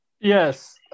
Yes